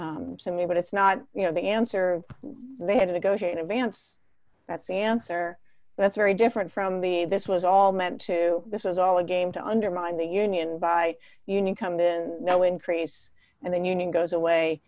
to me but it's not you know the answer they had a negotiating advance that's the answer that's very different from the this was all meant to this was all a game to undermine the union by union come in no increase and then union goes away